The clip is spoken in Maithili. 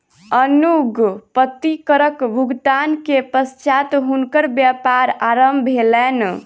अनुज्ञप्ति करक भुगतान के पश्चात हुनकर व्यापार आरम्भ भेलैन